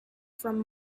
from